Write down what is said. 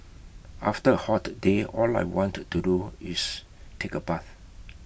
after A hot day all I want to do is take A bath